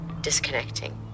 Disconnecting